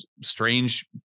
strange